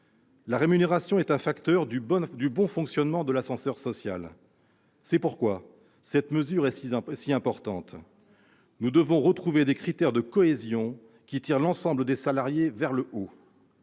La rémunération est un facteur de bon fonctionnement de l'ascenseur social. C'est pourquoi cette mesure est si importante. Nous devons retrouver des critères de cohésion qui tirent l'ensemble des salariés vers le haut.